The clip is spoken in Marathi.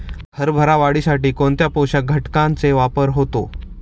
हरभरा वाढीसाठी कोणत्या पोषक घटकांचे वापर होतो?